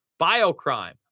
Biocrime